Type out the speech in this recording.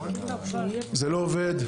זה לא עובד.